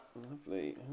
Lovely